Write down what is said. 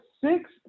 six